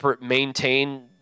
maintain